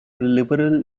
liberal